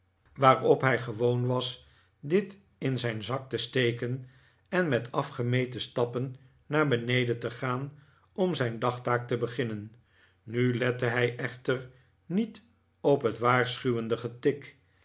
nickleby hij gewoon was dit in zijn zak te steken en met afgemeten stappen naar beneden te gaan om zijn dagtaak te beginnen nu lette hij echter niet op het waarschuwende getik